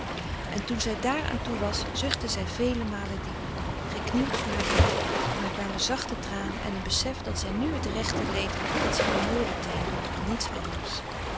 en toen zij daar aan toe was zuchtte zij vele malen diep geknield voor haar bed en er kwamen zachte tranen en een besef dat zij nu het rechte leed had dat zij behoorde te hebben en niets anders